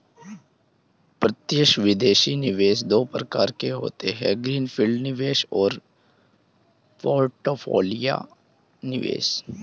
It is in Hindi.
प्रत्यक्ष विदेशी निवेश दो प्रकार के होते है ग्रीन फील्ड निवेश और पोर्टफोलियो निवेश